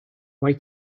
why